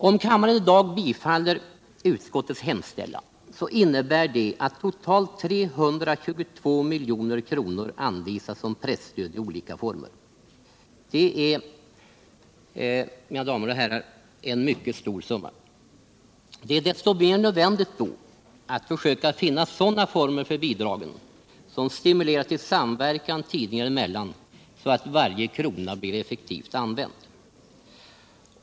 Om kammaren i dag bifaller utskottets hemställan innebär det att totalt 322 milj.kr. anvisas som presstöd i olika former. Det är, mina damer och herrar, en mycket stor summa. Desto mer nödvändigt blir det då att försöka finna former för bidragen som stimulerar till samverkan tidningar emellan så att varje krona blir effektivt använd.